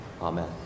Amen